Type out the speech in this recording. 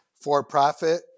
for-profit